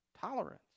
tolerance